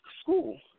school